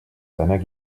seiner